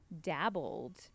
dabbled